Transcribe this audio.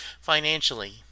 financially